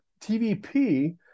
TVP